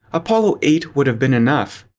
apollo eight would have been enough.